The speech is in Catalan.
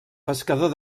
pescador